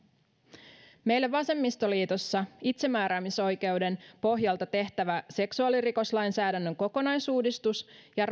meillä vasemmistoliitossa itsemääräämisoikeuden pohjalta tehtävä seksuaalirikoslainsäädännön kokonaisuudistus ja